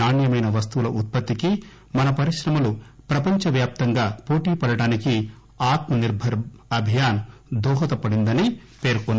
నాణ్యమైన వస్తువుల ఉత్పత్తికి మన పరిశ్రమలు ప్రపంచ వ్యాప్తంగా పోటీ పడడానికి ఆర్మనిర్భర్ అభియాన్ దోహదపడిందని అన్నారు